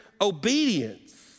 obedience